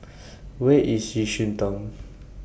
Where IS Yishun Town